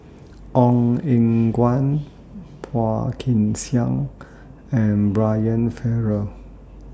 Ong Eng Guan Phua Kin Siang and Brian Farrell